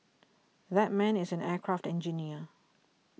that man is an aircraft engineer